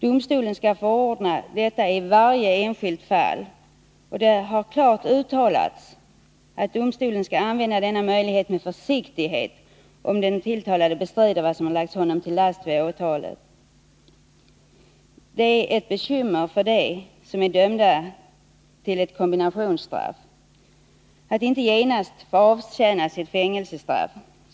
Domstolen skall förordna detta i varje enskilt fall, och det har klart uttalats att domstolen skall använda denna möjlighet med försiktighet, om den tilltalade bestridit vad som lagts honom till last vid åtalet. Det är ett bekymmer för dem som är dömda till ett kombinationsstraff att inte genast få avtjäna sitt fängelsestraff.